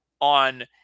on